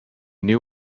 knew